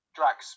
Drax